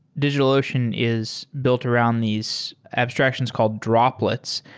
digitalocean is built around these abstractions called droplets.